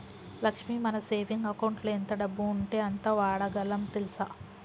లక్ష్మి మన సేవింగ్ అకౌంటులో ఎంత డబ్బు ఉంటే అంత వాడగలం తెల్సా